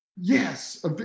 Yes